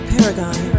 Paragon